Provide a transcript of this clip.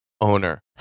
owner